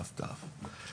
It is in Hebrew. ת"ת.